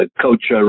coach